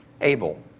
Abel